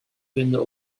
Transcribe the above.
vinden